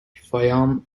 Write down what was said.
fayoum